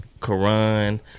Quran